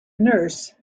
nurse